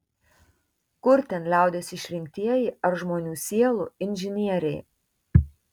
kur ten liaudies išrinktieji ar žmonių sielų inžinieriai